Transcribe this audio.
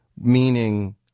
meaning